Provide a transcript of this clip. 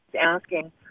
asking